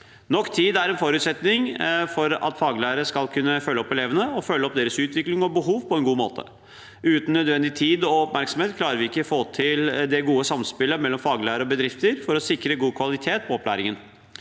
Nok tid er en forutsetning for at faglærer skal kunne følge opp elevene og deres utvikling og behov på en god måte. Uten nødvendig tid og oppmerksomhet klarer vi ikke å få til det gode samspillet mellom faglærer og bedrift for å sikre god kvalitet på opplæringen.